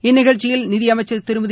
இந்நிகழ்ச்சியில் நிதியமைச்சள் திருமதி